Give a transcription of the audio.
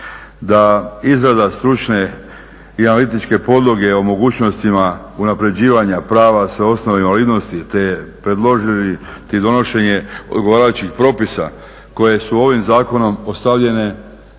da izrada stručne i analitičke podloge o mogućnostima unapređivanja prava sa osnove invalidnosti, te predložiti donošenje odgovarajućih propisa koje su ovim zakonom ostavljene